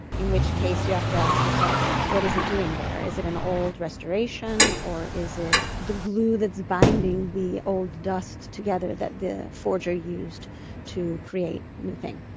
in which case you have to ask yourself what is it doing there? is it an old restoration or is it the glue that's binding the old dust together that the forger used to create the new thing?